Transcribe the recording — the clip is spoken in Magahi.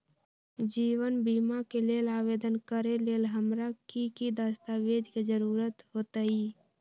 जीवन बीमा के लेल आवेदन करे लेल हमरा की की दस्तावेज के जरूरत होतई?